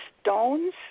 stones